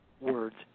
words